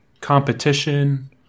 competition